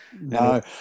No